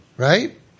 Right